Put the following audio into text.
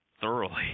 thoroughly